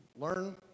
Learn